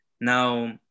Now